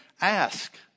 Ask